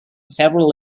several